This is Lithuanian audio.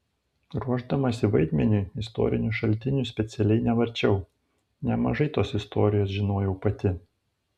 ruošdamasi vaidmeniui istorinių šaltinių specialiai nevarčiau nemažai tos istorijos žinojau pati